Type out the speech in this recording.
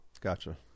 Gotcha